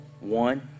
One